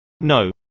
No